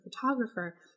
photographer